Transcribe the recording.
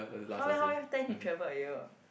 how many how many time he travel a year